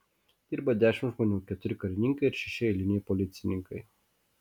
dirba dešimt žmonių keturi karininkai ir šeši eiliniai policininkai